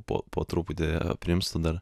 po po truputį aprims dar